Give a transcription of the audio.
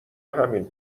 همین